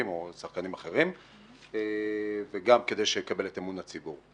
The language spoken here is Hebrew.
או צרכנים אחרים וגם כדי שיקבל את אמון הציבור.